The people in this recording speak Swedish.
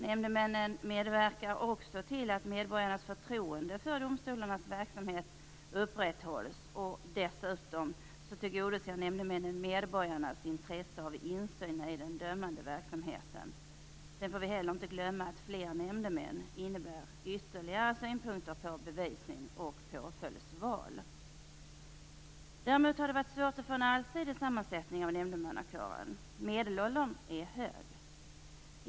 Nämndemännen medverkar också till att medborgarnas förtroende för domstolarnas verksamhet upprätthålls. Dessutom tillgodoser nämndemännen medborgarnas intresse av insyn i den dömande verksamheten. Vi får heller inte glömma att fler nämndemän innebär ytterligare synpunkter på bevisning och påföljdsval. Däremot har det varit svårt att få en allsidig sammansättning av nämndemannakåren. Medelåldern är hög.